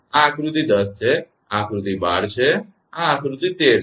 આ આકૃતિ 10 છે આકૃતિ 12 છે આ આકૃતિ 13 છે